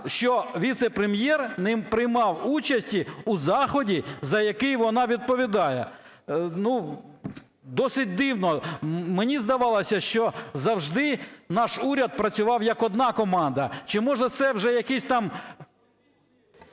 що віце-прем'єр не приймав участі у заході, за який вона відповідає? Ну, досить дивно, мені здавалося, що завжди наш уряд працював як одна команда. Чи може це вже якісь там…?